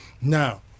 Now